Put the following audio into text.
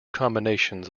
combinations